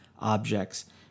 objects